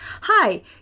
hi